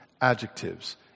adjectives